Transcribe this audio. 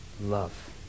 love